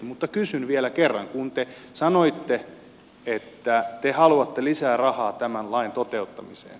mutta kysyn vielä kerran kun te sanoitte että te haluatte lisää rahaa tämän lain toteuttamiseen